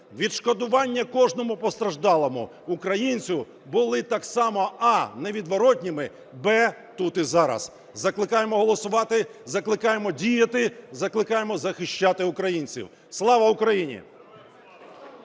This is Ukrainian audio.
відшкодування кожному постраждалому українцю були так само: а) невідворотними; б) тут і зараз. Закликаємо голосувати, закликаємо діяти, закликаємо захищати українців. Слава Україні!